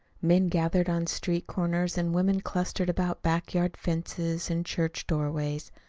men gathered on street corners and women clustered about back-yard fences and church doorways.